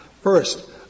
First